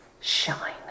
shine